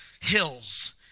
hills